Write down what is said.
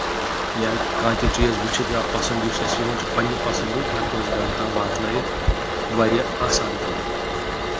یا کانٛہہ تہِ چیٖز وٕچھِتھ یا پَسنٛد یُس اَسہِ یِوان چھُ پنٕنہِ پَسنٛد ہیوٚو ہؠکو أسۍ گَرٕ تام واتنٲیِتھ واریاہ آسان طٔریٖقہٕ